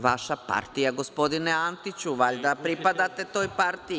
Vaša partija, gospodine Antiću, valjda pripadate toj partiji.